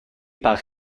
par